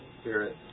Spirit